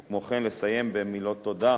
וכמו כן לסיים במילות תודה